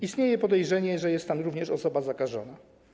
Istnieje podejrzenie, że jest tam również osoba zakażona.